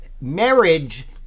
marriage